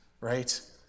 right